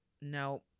no